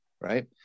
right